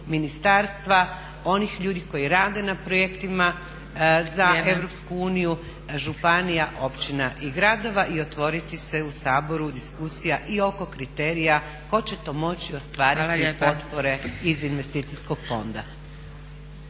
ministarstva, onih ljudi koji rade na projektima za EU,… …/Upadica Zgrebec: Vrijeme./… … županija, općina i gradova i otvoriti se u Saboru diskusija i oko kriterija tko će to moći ostvariti potpore iz Investicijskog fonda.